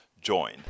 join